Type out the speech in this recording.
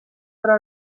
però